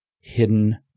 hidden